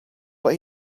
but